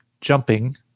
jumping